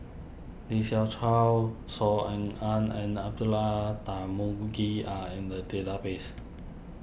Lee Siew Choh Saw Ean Ang and Abdullah Tarmugi are in the database